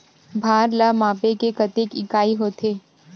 भार ला मापे के कतेक इकाई होथे?